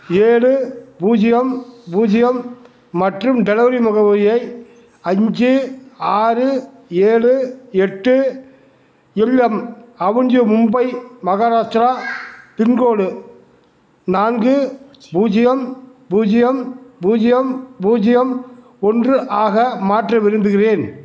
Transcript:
ஏழு பூஜ்ஜியம் பூஜ்ஜியம் மற்றும் டெலவரி முகவரியை அஞ்சு ஆறு ஏழு எட்டு LM avenue Mumbai Maharashtra pincode நான்கு பூஜ்ஜியம் பூஜ்ஜியம் பூஜ்ஜியம் பூஜ்ஜியம் ஒன்று ஆக மாற்ற விரும்புகிறேன்